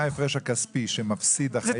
מה ההפרש הכספי שמפסיד החייל?